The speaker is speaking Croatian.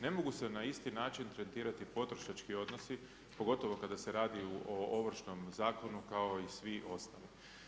Ne mogu se na isti način tretirati potrošački odnosi pogotovo kada se radi o Ovršnom zakonu kao i svi ostali.